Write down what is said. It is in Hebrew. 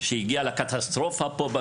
שהגיעה לקטסטרופה פה,